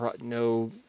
no